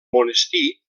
monestir